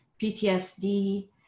PTSD